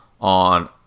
on